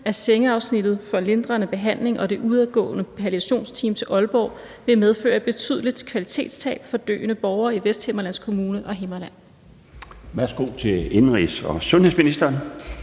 af Sengeafsnittet for Lindrende Behandling og det udadgående palliationsteam til Aalborg vil medføre et betydeligt kvalitetstab for døende borgere i Vesthimmerlands Kommune og Himmerland? Kl. 13:01 Den fg. formand (Bjarne